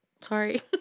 Sorry